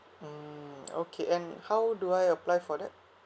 mmhmm okay and how do I apply for that